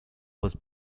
was